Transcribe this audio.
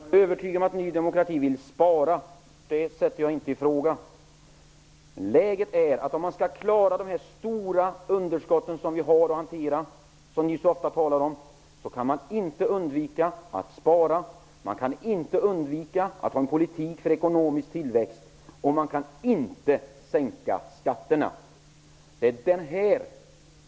Herr talman! Jag är övertygad om att Ny demokrati vill spara. Det sätter jag inte i fråga. Läget är så att om man skall klara av de stora underskotten, som ni så ofta talar om, som vi har att hantera, kan man inte undvika att spara och att ha en politik för ekonomisk tillväxt. Och man kan inte sänka skatterna.